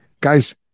Guys